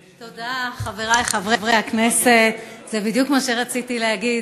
תודה, חברי חברי הכנסת, זה בדיוק מה שרציתי להגיד.